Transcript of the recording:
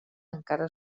encara